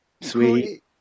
Sweet